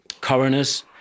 coroners